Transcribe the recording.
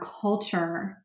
culture